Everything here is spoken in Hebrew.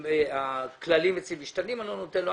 אם הכללים אצלי משתנים, אני לא נותן לו.